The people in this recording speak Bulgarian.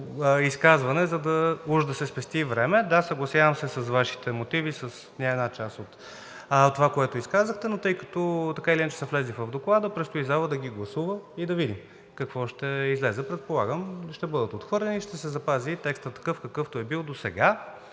изказване, уж да се спести време. Да, съгласявам се с Вашите мотиви и с една част от това, което казахте, но тъй като така или иначе са влезли в Доклада, предстои залата да ги гласува и да видим какво ще излезе. Предполагам, ще бъдат отхвърлени и ще се запази текстът такъв, какъвто е бил досега.